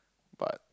but